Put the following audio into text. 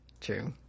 true